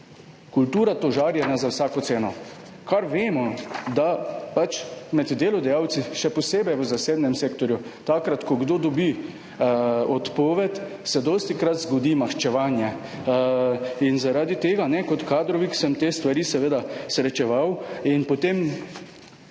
Kultura tožarjenja za vsako ceno. Vemo, da se med delodajalci, še posebej v zasebnem sektorju, takrat ko kdo dobi odpoved, dostikrat zgodi maščevanje. Zaradi tega. Kot kadrovik sem te stvari seveda srečeval.